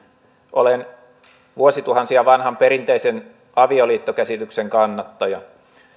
olen vuosituhansia vanhan perinteisen avioliittokäsityksen kannattaja